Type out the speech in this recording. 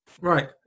Right